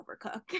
overcook